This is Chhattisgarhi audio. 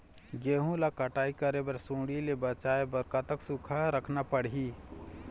गेहूं ला कटाई करे बाद सुण्डी ले बचाए बर कतक सूखा रखना पड़ही?